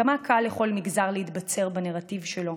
כמה קל לכל מגזר להתבצר בנרטיב שלו,